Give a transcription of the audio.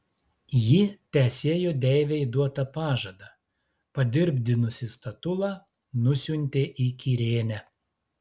ji tesėjo deivei duotą pažadą padirbdinusi statulą nusiuntė į kirėnę